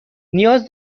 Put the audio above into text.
نیاز